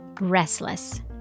restless